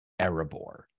Erebor